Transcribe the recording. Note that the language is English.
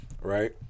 right